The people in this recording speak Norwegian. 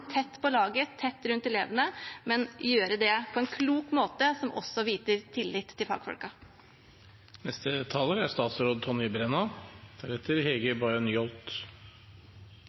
tett på laget, tett rundt elevene, men gjøre det på en klok måte som også viser tillit til